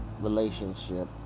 relationship